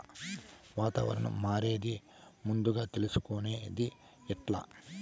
వాతావరణం మారేది ముందుగా తెలుసుకొనేది ఎట్లా?